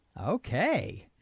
Okay